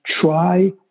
Try